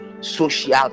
social